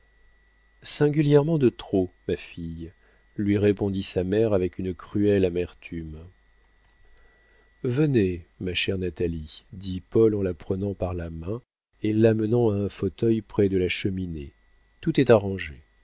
singulièrement de trop ma fille lui répondit sa mère avec une cruelle amertume venez ma chère natalie dit paul en la prenant par la main et l'amenant à un fauteuil près de la cheminée tout est arrangé